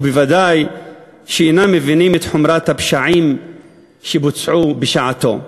ובוודאי שאינם מבינים את חומרת הפשעים שבוצעו בשעתו.